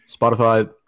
Spotify